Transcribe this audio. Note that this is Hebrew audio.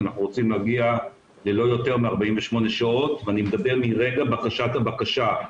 אנחנו רוצים להגיע ללא יותר מ-48 שעות ואני מדבר מרגע הגשת הבקשה,